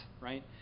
right